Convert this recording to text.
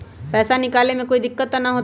पैसा निकाले में कोई दिक्कत त न होतई?